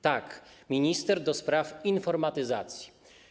Tak, minister do spraw informatyzacji.